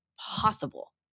Possible